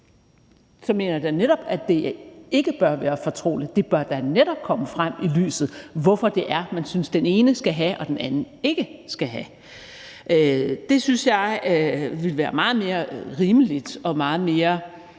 mener jeg da netop, at det ikke bør være fortroligt. Det bør da netop komme frem i lyset, hvorfor det er, man synes, den ene skal have, og den anden ikke skal have. Det synes jeg ville være meget mere rimeligt og meget mere,